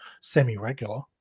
semi-regular